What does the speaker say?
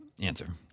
answer